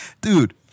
Dude